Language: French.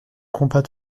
combat